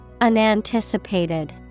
Unanticipated